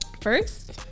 first